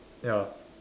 ya